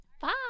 bye